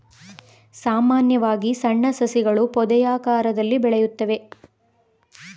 ಸಾಮಾನ್ಯವಾಗಿ ಸಣ್ಣ ಸಸಿಗಳು ಪೊದೆಯಾಕಾರದಲ್ಲಿ ಬೆಳೆಯುತ್ತದೆ